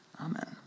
Amen